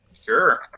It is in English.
Sure